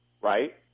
Right